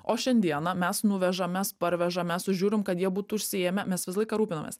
o šiandieną mes nuvežam mes parvežam mes sužiurim kad jie būtų užsiėmę mes visą laiką rūpinamės